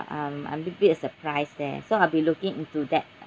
um I'm little bit surprise there so I'll be looking into that